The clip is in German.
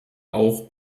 auch